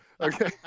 okay